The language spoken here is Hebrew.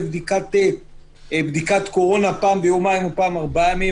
בדיקת קורונה פעם ביומיים או פעם בארבעה ימים.